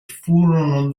furono